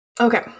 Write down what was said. okay